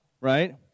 right